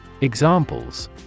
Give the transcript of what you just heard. Examples